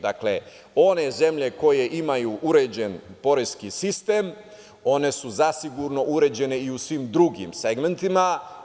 Dakle, one zemlje koje imaju uređen poreski sistem, one su zasigurno uređene i u svim drugim segmentima.